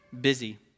busy